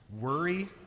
worry